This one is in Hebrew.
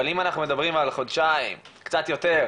אבל אם אנחנו מדברים על חודשיים או קצת יותר,